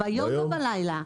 ביום ובלילה.